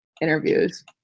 interviews